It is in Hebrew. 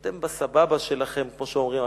אתם "בסבבה" שלכם, כמו שאומרים החבר'ה.